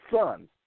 son